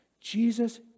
Jesus